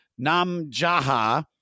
Namjaha